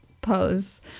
pose